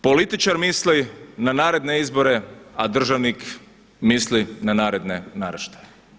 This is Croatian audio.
Političar misli na naredne izbore a državnik misli na naredne naraštaje.